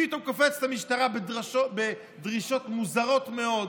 פתאום קופצת המשטרה בדרישות מוזרות מאוד,